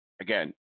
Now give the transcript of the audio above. Again